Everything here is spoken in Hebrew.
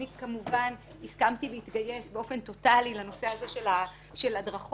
אני כמובן הסכמתי להתגייס באופן טוטלי לנושא הזה של הדרכות.